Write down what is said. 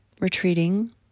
retreating